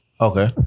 Okay